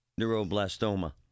neuroblastoma